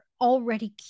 already